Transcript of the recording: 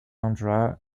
endroit